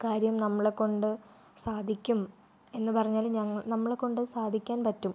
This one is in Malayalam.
കാര്യം നമ്മളെക്കൊണ്ട് സാധിക്കും എന്ന് പറഞ്ഞാൽ ഞങ് നമ്മളെക്കൊണ്ട് സാധിക്കാൻ പറ്റും